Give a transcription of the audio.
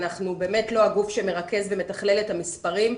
אנחנו באמת לא הגוף שמרכז ומתכלל את המספרים.